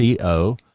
co